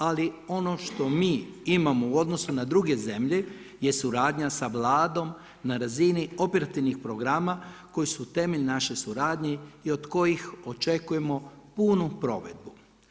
Ali ono što mi imamo u odnosu na druge zemlje je suradnja sa Vladom na razini operativnih programa koji su temelj našoj suradnji i od kojih očekujemo punu provedbu.